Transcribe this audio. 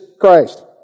Christ